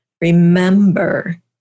remember